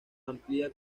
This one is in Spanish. amplía